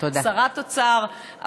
שרת האוצר.